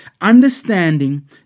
Understanding